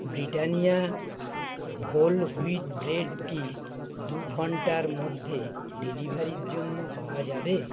Britannia whole wheat bread কি দু ঘন্টার মধ্যে ডেলিভারির জন্য পাওয়া যাবে